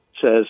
says